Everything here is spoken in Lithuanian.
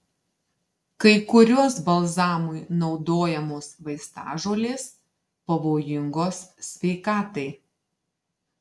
kai kurios balzamui naudojamos vaistažolės pavojingos sveikatai